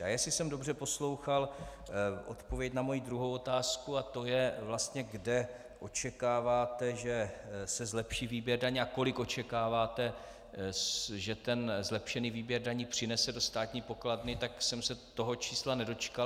A jestli jsem dobře poslouchal odpověď na moji druhou otázku, a to je, kde očekáváte, že se zlepší výběr daní, a kolik očekáváte, že ten zlepšený výběr daní přinese do státní pokladny, tak jsem se toho čísla nedočkal.